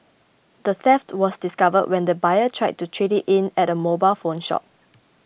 the theft was discovered when the buyer tried to trade it in at a mobile phone shop